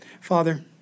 Father